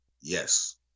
Yes